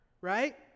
right